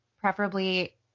preferably